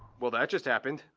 well, that just happened.